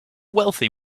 wealthy